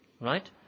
right